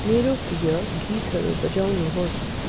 मेरो प्रिय गीतहरू बजाउनुहोस्